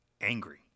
angry